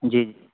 जी जी